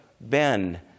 Ben